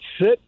sit